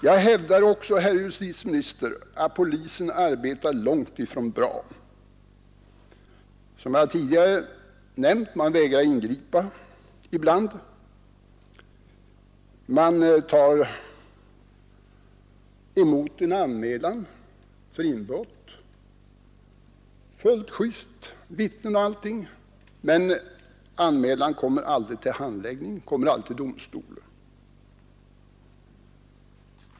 Jag hävdar också, herr justitieminister, att polisen arbetar långt ifrån bra. Som jag tidigare nämnt vägrar den ibland att ingripa. Man tar emot en anmälan om inbrott. Allt sker fullt juste. Vittnen finns, men anmälan kommer inte till domstol.